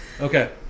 Okay